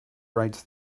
writes